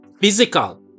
physical